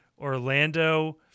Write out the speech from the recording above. Orlando